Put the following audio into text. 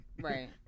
right